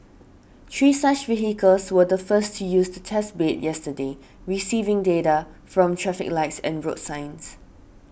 three such vehicles were the first to use the test bed yesterday receiving data from traffic lights and road signs